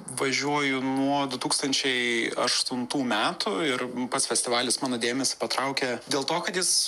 važiuoju nuo du tūkstančiai aštuntų metų ir pats festivalis mano dėmesį patraukė dėl to kad jis